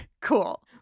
Cool